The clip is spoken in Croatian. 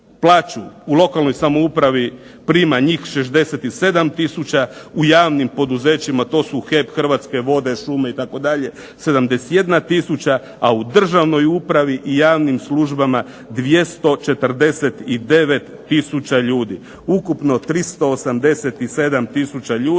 u lokalnoj samoupravi prima njih 67 tisuća, u javnim poduzećima to su HEP, Hrvatske vode, šume itd. 71 tisuća, a u državnoj upravi i javnim službama 249 tisuća ljudi. Ukupno 387 tisuća ljudi,